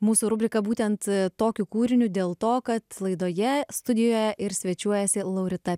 mūsų rubriką būtent tokiu kūriniu dėl to kad laidoje studijoje ir svečiuos laurita